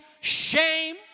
shame